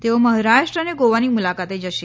તેઓ મહારાષ્ટ્રમ અને ગોવાની મુલાકાતે જશે